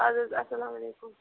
اَدٕ حظ اَسلامُ علیکُم